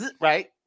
right